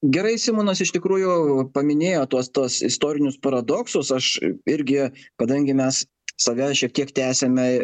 gerai simonas iš tikrųjų paminėjo tuos tuos istorinius paradoksus aš irgi kadangi mes save šiek tiek tęsiame